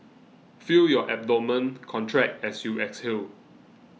feel your abdomen contract as you exhale